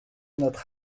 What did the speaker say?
notre